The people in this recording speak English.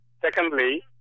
Secondly